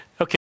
Okay